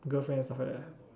girlfriends ah